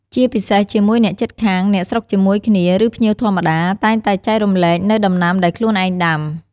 ជាពិសេសជាមួយអ្នកជិតខាង អ្នកស្រុកជាមួយគ្នា ឬភ្ញៀវធម្មតា តែងតែចែករំលែកនៅដំណាំដែលខ្លួនឯងដាំ។